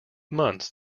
months